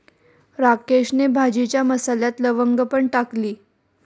राकेशने भाजीच्या मसाल्यात लवंग पण टाकली